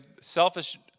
selfish